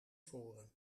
forum